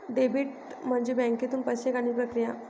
debit म्हणजे बँकेतून पैसे काढण्याची प्रक्रिया